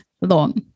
long